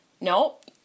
Nope